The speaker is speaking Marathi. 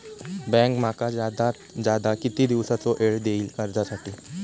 बँक माका जादात जादा किती दिवसाचो येळ देयीत कर्जासाठी?